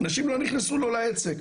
אנשים לא נכנסו לו לעסק.